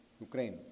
Ukraine